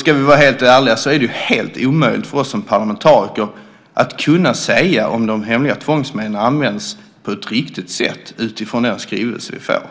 Ska vi vara helt ärliga är det omöjligt för oss som parlamentariker att säga om de hemliga tvångsmedlen används på ett riktigt sätt utifrån den skrivelse vi får.